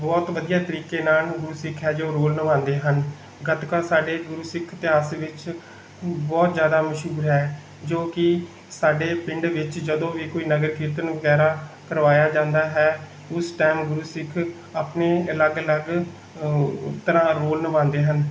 ਬਹੁਤ ਵਧੀਆ ਤਰੀਕੇ ਨਾਲ ਗੁਰ ਸਿੱਖ ਹੈ ਜੋ ਰੋਲ ਨਿਭਾਉਂਦੇ ਹਨ ਗੱਤਕਾ ਸਾਡੇ ਗੁਰੂ ਸਿੱਖ ਇਤਿਹਾਸ ਵਿੱਚ ਬਹੁਤ ਜ਼ਿਆਦਾ ਮਸ਼ਹੂਰ ਹੈ ਜੋ ਕਿ ਸਾਡੇ ਪਿੰਡ ਵਿੱਚ ਜਦੋਂ ਵੀ ਕੋਈ ਨਗਰ ਕੀਰਤਨ ਵਗੈਰਾ ਕਰਵਾਇਆ ਜਾਂਦਾ ਹੈ ਉਸ ਟਾਈਮ ਗੁਰੂ ਸਿੱਖ ਆਪਣੇ ਅਲੱਗ ਅਲੱਗ ਤਰ੍ਹਾਂ ਰੋਲ ਨਿਭਾਉਂਦੇ ਹਨ